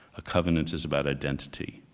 a covenant is about identity,